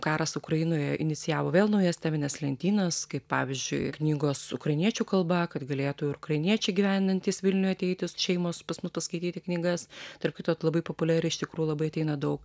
karas ukrainoje inicijavo vėl naujas temines lentynas kaip pavyzdžiui knygos ukrainiečių kalba kad galėtų ir ukrainiečiai gyvenantys vilniuje ateiti šeimos pas mus paskaityti knygas tarp kitko tai labai populiari iš tikrų labai ateina daug